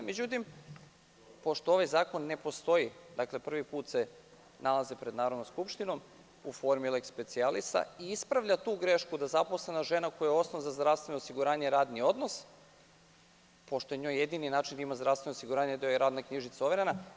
Međutim, pošto ovaj zakon ne postoji, prvi put se nalazi pred Narodnom skupštinom u formi leks specijalisa, ispravlja tu grešku da zaposlena žena, kojoj je osnov za zdravstveno osiguranje radni odnos, pošto je njoj jedini način da ima zdravstveno osiguranje da joj je radna knjižica overena.